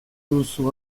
duzu